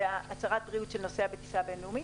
הצהרת בריאות של נוסע בטיסה בינלאומיות.